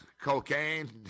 Cocaine